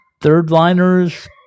third-liners